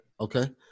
Okay